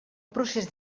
procés